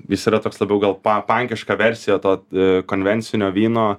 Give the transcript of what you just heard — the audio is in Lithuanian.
jis yra toks labiau gal pa pankiška versija to konvencinio vyno